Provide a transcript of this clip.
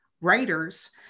writers